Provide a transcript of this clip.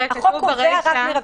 החוק קובע קנס מרבי.